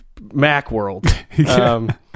Macworld